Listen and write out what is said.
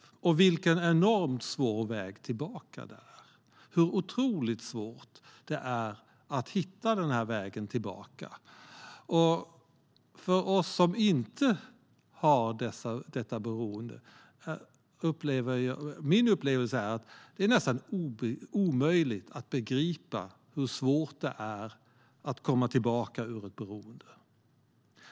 Jag har också sett vilken enormt svår väg tillbaka det är, hur otroligt svårt det är hitta vägen tillbaka. För oss som inte har detta beroende upplever jag att det är nästan omöjligt att begripa hur svårt det är att komma ur ett beroende.